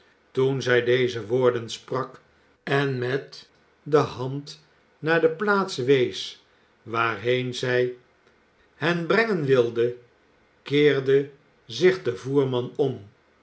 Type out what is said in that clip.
toen zij deze woorden sprak en met de hand naar de plaats wees waarheen zij hen brengen wilde keerde zich de voerman om